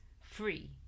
free